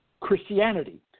Christianity